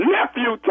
Nephew